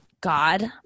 God